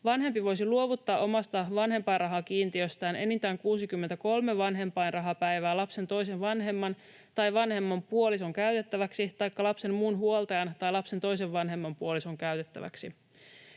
Vanhempi voisi luovuttaa omasta vanhempainrahakiintiöstään enintään 63 vanhempainrahapäivää lapsen toisen vanhemman tai vanhemman puolison käytettäväksi taikka lapsen muun huoltajan tai lapsen toisen vanhemman puolison käytettäväksi.